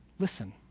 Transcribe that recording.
listen